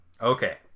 Okay